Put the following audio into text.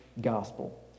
gospel